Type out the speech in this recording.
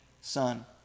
son